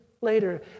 later